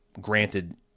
granted